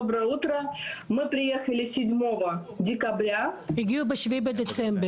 (מתרגמת מהשפה הרוסית): הם הגיעו ב-7 בדצמבר